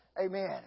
Amen